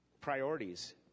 priorities